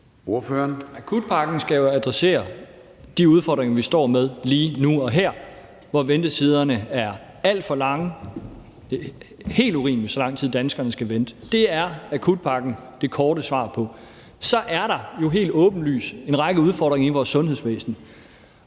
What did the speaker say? Akutpakken skal jo adressere de udfordringer, vi står med lige nu og her, hvor ventetiderne er alt for lange. Det er helt urimeligt, så lang tid danskerne skal vente, og det er akutpakken det korte svar på. Så er der jo helt åbenlyst en række udfordringer i vores sundhedsvæsen,